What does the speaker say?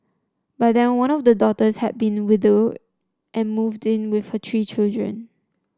by then one of the daughters had been widowed and moved in with her three children